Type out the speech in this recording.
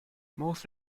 most